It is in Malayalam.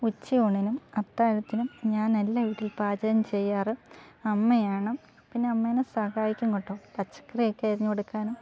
ഉച്ചയൂണിനും അത്താഴത്തിനും ഞാനല്ല വീട്ടിൽ പാചകം ചെയ്യാറ് അമ്മയാണ് പിന്നെ അമ്മേനെ സഹായിക്കും കേട്ടോ പച്ചക്കറിയൊക്കെ അരിഞ്ഞ് കൊടുക്കാനും